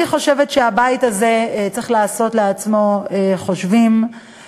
אני חושבת שהבית הזה צריך לעשות חושבים על עצמו.